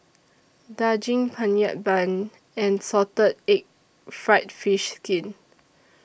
Daging Penyet Bun and Salted Egg Fried Fish Skin